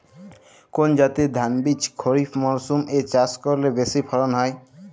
কোন জাতের ধানবীজ খরিপ মরসুম এ চাষ করলে বেশি ফলন হয়?